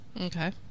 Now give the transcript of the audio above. okay